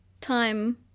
time